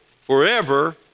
forever